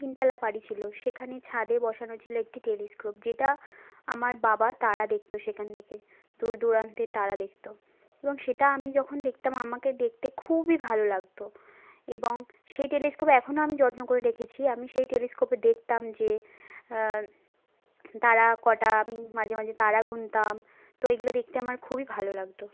তিনতলা বাড়ি ছিলো সেখানে ছাদে বসানো ছিলো একটি টেলিস্কোপ যেটা আমার বাবা তারা দেখতো সেখান থেকে দূর দূরান্তের তারা দেখতো এবং সেটা আমি যখন দেখতাম আমাকে দেখতে খুবই ভালো লাগতো এবং সেই টেলিস্কোপ এখনো আমি যত্ন করে রেখেছি আমি সেই টেলিস্কোপে দেখতাম যে তারা কটা আমি মাঝে মাঝে তারা গুনতাম তো এইগুলো দেখতে আমার খুবই ভালো লাগতো